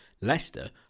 leicester